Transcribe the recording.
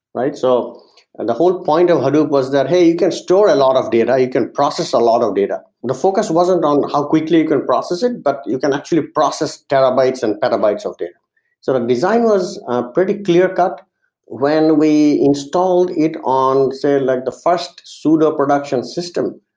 right? so and the whole point of hadoop was that hey, you can store a lot of data, you can process a lot of data. the focus wasn't on how quickly you could process but you can actually process terabytes and petabytes of data sort of design was pretty clear cut when we installed it on say, like the first pseudo production system.